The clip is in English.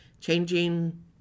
changing